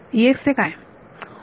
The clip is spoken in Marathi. चे काय